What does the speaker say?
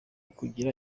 kugira